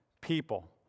people